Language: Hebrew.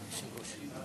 התשע"ו 2015,